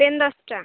pain ଦଶଟା